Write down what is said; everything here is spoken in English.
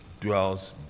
dwells